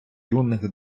юних